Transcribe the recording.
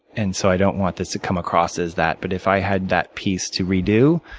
and so i don't want this to come across as that. but if i had that piece to redo,